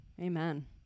Amen